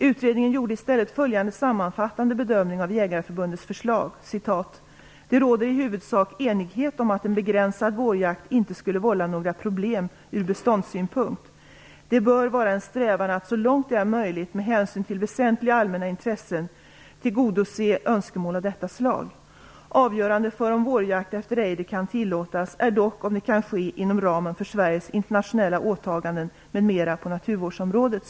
Utredningen gjorde i stället följande sammanfattande bedömning av Jägareförbundets förslag: "Det råder i huvudsak enighet om att en begränsad vårjakt inte skulle vålla några problem ur beståndssynpunkt. Det bör vara en strävan att så långt det är möjligt med hänsyn till väsentliga allmänna intressen tillgodose önskemål av detta slag. Avgörandet för om vårjakt efter ejder kan tillåtas är dock om det kan ske inom ramen för Sveriges internationella åtaganden m.m. på naturvårdsområdet."